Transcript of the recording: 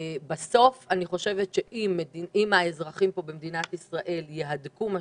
בסוף אני חושבת שאם האזרחים במדינת ישראל יהדקו את